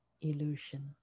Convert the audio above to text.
illusion